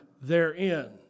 therein